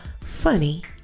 funny